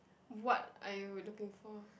what are you looking for